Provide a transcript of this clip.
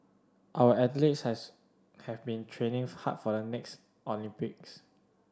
our athletes has have been training hard for the next Olympics